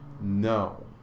No